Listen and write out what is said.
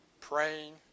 praying